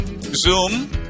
zoom